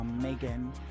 Megan